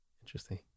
interesting